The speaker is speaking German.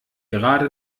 gerade